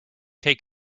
take